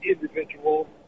individual